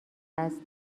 است